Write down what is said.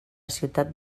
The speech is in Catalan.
ciutat